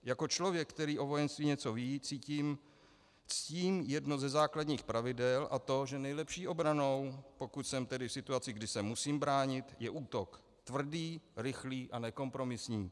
Jako člověk, který o vojenství něco ví, ctím jedno ze základních pravidel, a to že nejlepší obranou, pokud jsem tedy v situaci, kdy se musím bránit, je útok tvrdý, rychlý a nekompromisní.